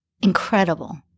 incredible